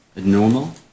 normal